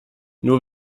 nur